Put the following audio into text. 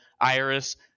iris